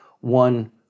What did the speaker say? one